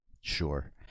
Sure